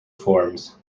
forms